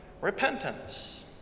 repentance